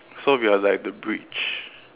so we are like the bridge